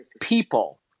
people